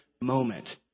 moment